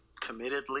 committedly